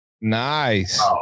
nice